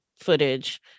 footage